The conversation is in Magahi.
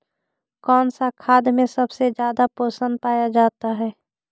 कौन सा खाद मे सबसे ज्यादा पोषण पाया जाता है?